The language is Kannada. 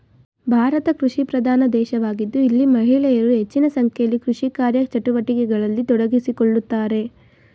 ಭಾರತ ಕೃಷಿಪ್ರಧಾನ ದೇಶವಾಗಿದ್ದು ಇಲ್ಲಿ ಮಹಿಳೆಯರು ಹೆಚ್ಚಿನ ಸಂಖ್ಯೆಯಲ್ಲಿ ಕೃಷಿ ಕಾರ್ಯಚಟುವಟಿಕೆಗಳಲ್ಲಿ ತೊಡಗಿಸಿಕೊಳ್ಳುತ್ತಾರೆ